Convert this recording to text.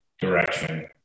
direction